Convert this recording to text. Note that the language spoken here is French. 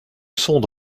sonde